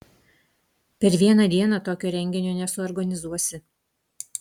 per vieną dieną tokio renginio nesuorganizuosi